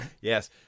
yes